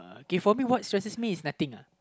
okay for me what stresses me is nothing uh